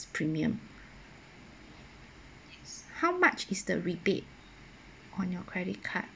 premium how much is the rebate on your credit card